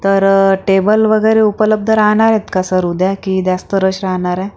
तर टेबल वगैरे उपलब्ध राहणार आहेत का सर उद्या की जास्त रश राहणार आहे